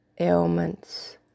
ailments